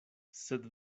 sed